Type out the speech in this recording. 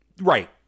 Right